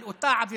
על אותה עבירה,